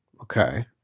Okay